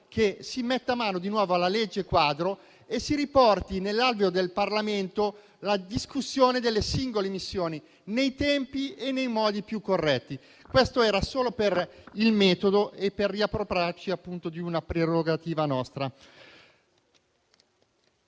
caso di mettere mano di nuovo alla legge quadro e di riportare nell'alveo del Parlamento la discussione delle singole missioni, nei tempi e nei modi più corretti. Questo era solo per il metodo e per riappropriarci di una nostra prerogativa.